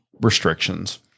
restrictions